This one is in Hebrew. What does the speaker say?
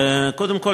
קודם כול,